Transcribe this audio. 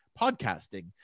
podcasting